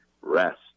rest